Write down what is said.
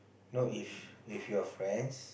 no if if your friends